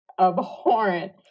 abhorrent